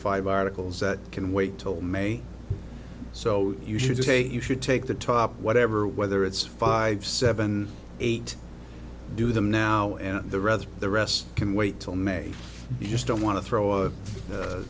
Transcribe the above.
five articles that can wait till may so you should say you should take the top whatever whether it's five seven eight do them now and the rest the rest can wait till may be just don't want to throw